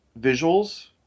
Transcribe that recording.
visuals